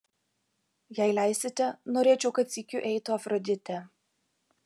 jei leisite norėčiau kad sykiu eitų afroditė